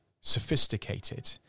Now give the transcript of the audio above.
sophisticated